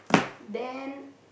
then